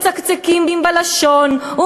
עוד אונס קבוצתי שנחשף ומצקצקים בלשון ומזדעזעים,